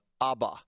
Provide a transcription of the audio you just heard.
Abba